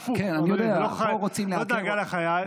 הפוך, זה לא דאגה לחיה.